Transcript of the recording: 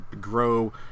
grow